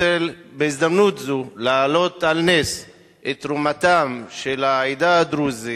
בהזדמנות זו אני רוצה להעלות על נס את תרומתם של העדה הדרוזית,